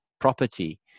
property